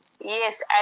Yes